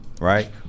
Right